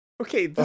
okay